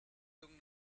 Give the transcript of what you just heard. lung